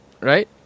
Right